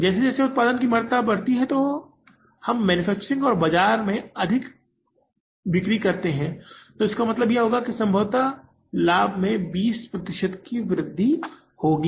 जैसे जैसे उत्पादन की मात्रा बढ़ती है हम विनिर्माण और बाजार में अधिक बिक्री करते रहते हैं जिसका मतलब होगा कि संभवतः लाभ में 20 प्रतिशत की वृद्धि होगी